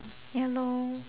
ya lor